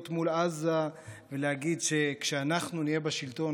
מול עזה ולהגיד: כשאנחנו נהיה בשלטון,